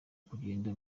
kugenda